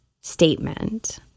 statement